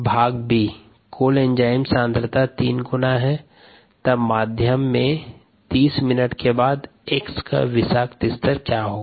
भाग ब कुल एंजाइम सांद्रता तीन गुना है तब माध्यम में 30 मिनट के बाद X का विषाक्त स्तर क्या होगा